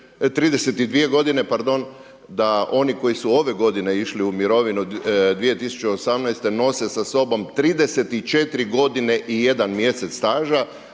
32 godine, da oni koji su ove godine išli u mirovinu 2018.-te nose sa sobom 34 godine i 1 mjesec staža,